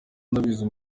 ndabizi